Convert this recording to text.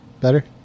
better